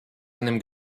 einem